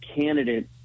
candidate